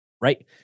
right